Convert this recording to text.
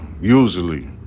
usually